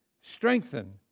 strengthen